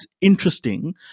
interesting